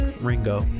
Ringo